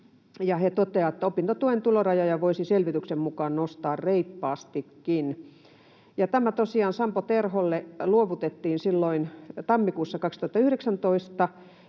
he toteavat, että ”opintotuen tulorajoja voisi selvityksen mukaan nostaa reippaastikin”. Tämä tosiaan Sampo Terholle luovutettiin silloin tammikuussa 2019